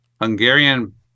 hungarian